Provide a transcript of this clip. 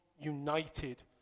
united